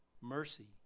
mercy